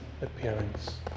appearance